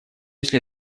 если